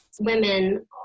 women